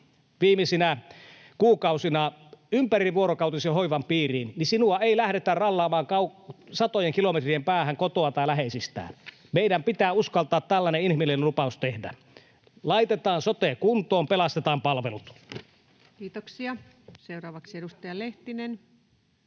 viimeisinä kuukausina ympärivuorokautisen hoivan piiriin, niin sinua ei lähdetä rallaamaan satojen kilometrien päähän kotoa tai läheisistä. Meidän pitää uskaltaa tällainen inhimillinen lupaus tehdä. Laitetaan sote kuntoon. Pelastetaan palvelut. [Mauri Peltokangas: Pitkälti